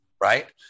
Right